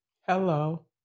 Hello